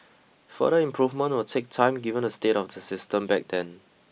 further improvement will take time given the state of the system back then